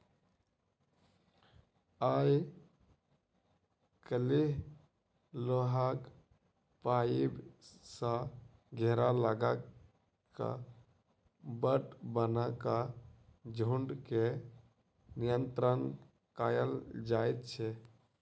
आइ काल्हि लोहाक पाइप सॅ घेरा लगा क बाट बना क झुंड के नियंत्रण कयल जाइत छै